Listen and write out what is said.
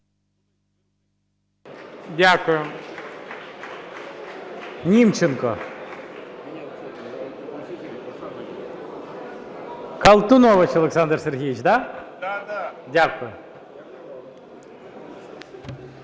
Дякую. Німченко. Колтунович Олександр Сергійович, да? Дякую.